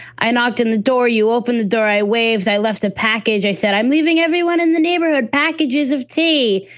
i knocked on the door. you opened the door. i waved. i left a package. i said, i'm leaving everyone in the neighborhood. packages of tea.